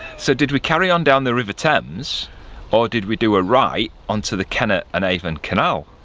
so did we carry on down the river thames or did we do a right onto the kennet and avon canal